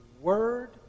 Word